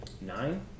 Nine